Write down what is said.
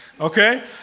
Okay